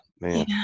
man